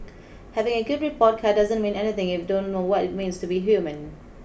having a good report card doesn't mean anything if you don't know what it means to be human